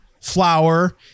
flour